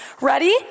Ready